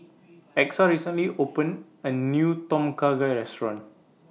Exa recently opened A New Tom Kha Gai Restaurant